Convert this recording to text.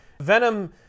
Venom